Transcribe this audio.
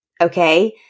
Okay